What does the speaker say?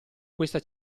questa